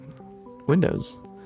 Windows